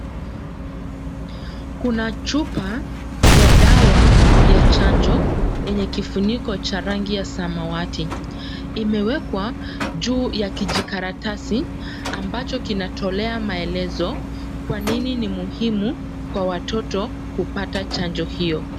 Kuna chupa ya dawa ya chanjo yenye kifuniko cha rangi ya samawati. Imewekwa juu ya kijikaratasi ambacho kinatolea maelezo kwanini ni muhimu kwa watoto kupata chanjo hiyo.